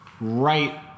right